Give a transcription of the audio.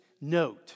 note